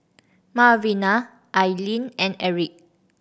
Malvina Ailene and Erik